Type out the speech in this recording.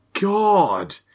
god